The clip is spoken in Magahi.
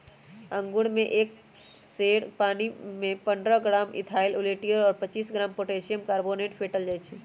अंगुर पर एक सेर पानीमे पंडह ग्राम इथाइल ओलियट और पच्चीस ग्राम पोटेशियम कार्बोनेट फेटल जाई छै